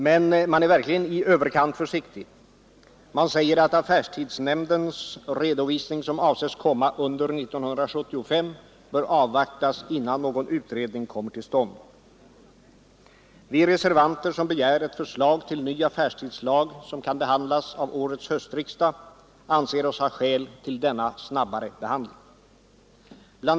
Men man är verkligen i överkant försiktig. Man säger att affärstidsnämndens redovisning, som avses komma under 1975, bör avvaktas innan någon utredning kommer till stånd. Vi reservanter, som begär ett förslag till ny affärstidslag som kan behandlas av årets höstriksdag, anser oss ha skäl till denna snabbare behandling. Bl.